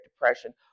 Depression